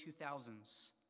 2000s